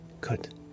Good